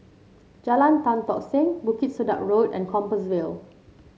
Jalan Tan Tock Seng Bukit Sedap Road and Compassvale